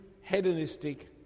hedonistic